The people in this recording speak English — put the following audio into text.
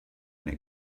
and